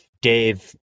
Dave